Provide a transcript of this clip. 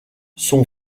son